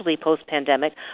post-pandemic